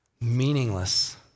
Meaningless